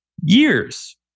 years